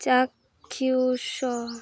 ଚାକ୍ଷୁଷ